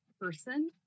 person